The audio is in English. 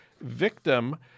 victim